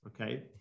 okay